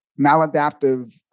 maladaptive